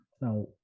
Now